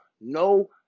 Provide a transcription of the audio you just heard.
no